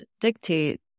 dictate